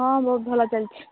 ହଁ ବହୁତ ଭଲ ଚାଲିଛି